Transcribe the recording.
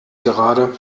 gerade